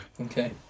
Okay